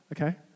Okay